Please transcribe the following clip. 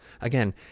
Again